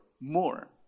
more